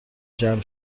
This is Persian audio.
جمع